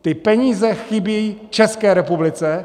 Ty peníze chybějí České republice.